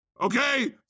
Okay